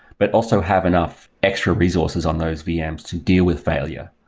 but also have enough extra resources on those vms to deal with failure.